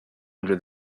under